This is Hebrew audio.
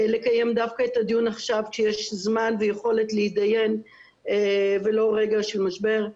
לקיים דווקא את הדיון עכשיו כשיש זמן ויכולת להתדיין ולא ברגע של משבר.